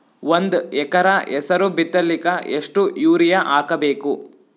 ಒಂದ್ ಎಕರ ಹೆಸರು ಬಿತ್ತಲಿಕ ಎಷ್ಟು ಯೂರಿಯ ಹಾಕಬೇಕು?